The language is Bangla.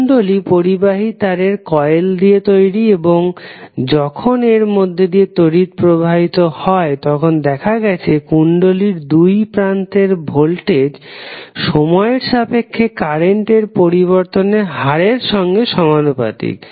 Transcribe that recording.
কুণ্ডলী পরিবাহী তারের কয়েল দিয়ে তৈরি এবং যখন এর মধ্যে দিয়ে তড়িৎ প্রবাহিত হয় তখন দেখা গেছে কুণ্ডলীর দুই প্রান্তের ভোল্টেজ সময়ের সাপেক্ষে কারেন্টের পরিবর্তনের হারের সঙ্গে সমানুপাতিক